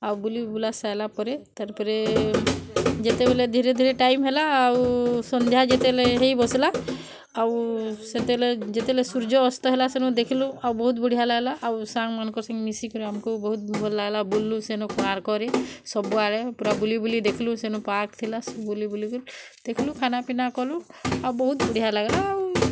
ଆଉ ବୁଲିବୁଲା ସାଇଲା ପରେ ତାର୍ ପରେ ଯେତେବେଲେ ଧିରେ ଧିରେ ଟାଇମ୍ ହେଲା ଆଉ ସନ୍ଧ୍ୟା ଯେତେବେଲେ ହେଇ ବସିଲା ଆଉ ସେତେବେଲେ ଯେତେବେଲେ ସୂର୍ଯ୍ୟ ଅସ୍ତ ହେଲା ସେନୁ ଦେଖ୍ଲୁ ଆଉ ବହୁତ୍ ବଢ଼ିଆ ଲାଗ୍ଲା ଆଉ ସାଙ୍ଗ୍ ମାନଙ୍କର୍ ସାଙ୍ଗେ ମିଶିକରି ଆମକୁ ବହୁତ୍ ଭଲ୍ ଲାଗ୍ଲା ବୁଲ୍ଲୁ ସେନ କୋଣାର୍କରେ ସବୁଆଡ଼େ ପୁରା ବୁଲିବୁଲି ଦେଖ୍ଲୁ ସେନୁ ପାର୍କ୍ ଥିଲା ସବୁ ବୁଲିବୁଲି କି ଦେଖ୍ଲୁ ଖାନାପିନା କଲୁ ଆଉ ବହୁତ୍ ବଢ଼ିଆ ଲାଗ୍ଲା ଆଉ